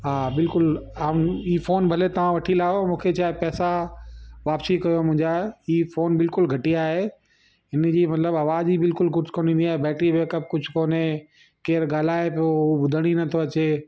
हा बिल्कुल हीउ फ़ोन भले तव्हां वठी लायो मूंखे चाहे पैसा वपिसी कयो मुंहिंजा ई फ़ोन बिल्कुलु घटिया आहे हिन जी मतलबु आवाज ई बिल्कुलु कुझु कोन ईंदी आहे बैटिरी बैकअप कुझु कोने केरु ॻाल्हाए पियो उहो ॿुधण ई नथो अचे